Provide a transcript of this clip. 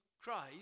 Christ